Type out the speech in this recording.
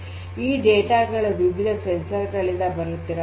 ಈ ಡೇಟಾ ಗಳು ವಿವಿಧ ಸಂವೇದಕಗಳಿಂದ ಬಂದಿರಬಹುದು